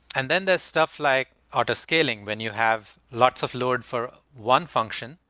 and then there's stuff like auto scaling when you have lots of load for one function.